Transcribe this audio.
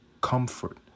comfort